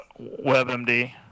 WebMD